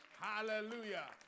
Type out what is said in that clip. Hallelujah